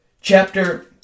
Chapter